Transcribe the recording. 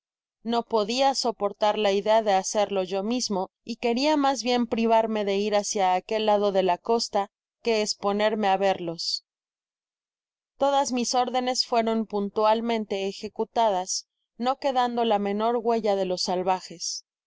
festin nopodia soportar la idea de hacerlo yo mismo y queria mas bien privarme de ir hacia aquel lado de la costa que esponerme á verlos todas mis órdenes fueron puntualmente ejecutadas no quedando la menor huella de los salvajes